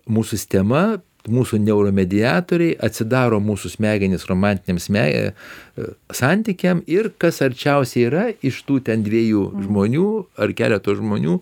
mūsų sistema mūsų niauromediatoriai atsidaro mūsų smegenys romantiniams mei santykiams ir kas arčiausiai yra iš tų ten dviejų žmonių ar keleto žmonių